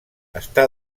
està